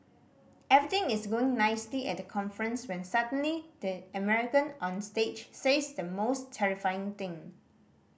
everything is going nicely at the conference when suddenly the American on stage says the most terrifying thing